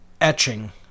etching